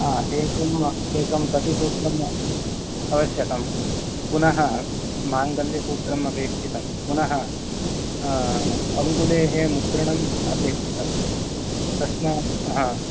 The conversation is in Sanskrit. हा एकं एकं कटिसूत्रम् आवश्यकम् पुनः माङ्गल्यसूत्रम् अपेक्षितं पुनः अङ्गुलेः मुद्रणम् अपेक्षितम् तस्मात् हा